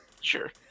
sure